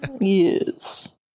Yes